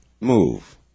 move